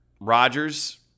Rodgers